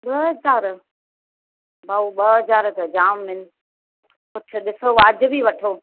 ॿ हज़ार भाऊ ॿ हज़ार त जाम आहिनि कुझु ॾिसो वाजिबी वठो